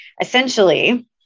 essentially